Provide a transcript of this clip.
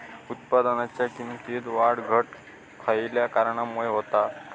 उत्पादनाच्या किमतीत वाढ घट खयल्या कारणामुळे होता?